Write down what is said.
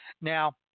Now